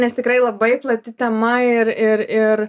nes tikrai labai plati tema ir ir ir